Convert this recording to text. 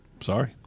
Sorry